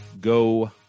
go